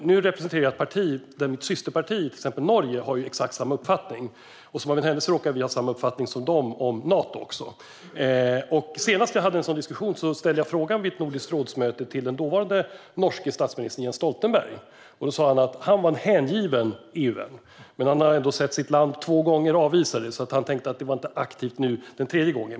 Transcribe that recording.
Nu representerar jag ett parti vars systerparti i Norge har exakt samma uppfattning, och som av en händelse har vi samma uppfattning även om Nato. Senast jag hade en sådan diskussion på ett nordiskt rådsmöte ställde jag frågan till den dåvarande norske statsministern Jens Stoltenberg. Då sa han att han var en hängiven EU-vän. Men han hade sett sitt land avvisa EU två gånger, så han tänkte att frågan inte var aktiv nu den tredje gången.